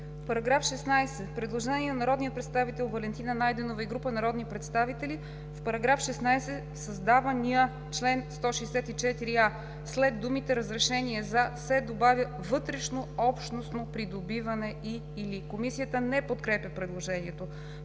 § 16 има предложение от народния представител Валентина Найденова и група народни представители: „В § 16 в създавания чл. 164а след думите „разрешение за“ се добавя „вътрешнообщностно придобиване и/или“.“ Комисията не подкрепя предложението.